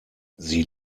sie